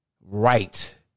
right